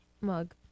mug